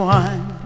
one